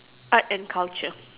art and culture